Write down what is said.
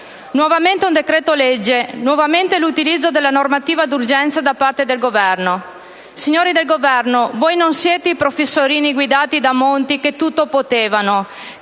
Nuovamente un decreto-legge, nuovamente l'utilizzo della normativa d'urgenza da parte del Governo. Signori del Governo, voi non siete i professorini guidati da Monti che tutto potevano,